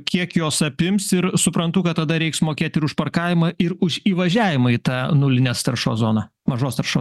kiek jos apims ir suprantu kad tada reiks mokėti už parkavimą ir už įvažiavimą į tą nulinės taršos zoną mažos taršos